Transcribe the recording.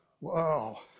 Wow